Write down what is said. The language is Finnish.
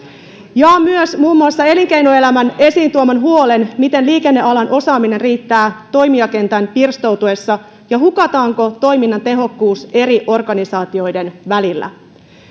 jaan myös muun muassa elinkeinoelämän esiin tuoman huolen siitä miten liikennealan osaaminen riittää toimijakentän pirstoutuessa ja hukataanko toiminnan tehokkuus eri organisaatioiden välillä